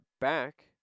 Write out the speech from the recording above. back